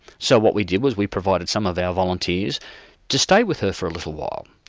so what we did was, we provided some of our volunteers to stay with her for a little while,